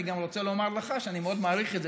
אני גם רוצה לומר לך שאני מאוד מעריך את זה